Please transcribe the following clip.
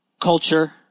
Culture